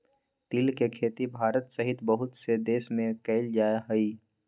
तिल के खेती भारत सहित बहुत से देश में कइल जाहई